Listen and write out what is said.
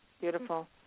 beautiful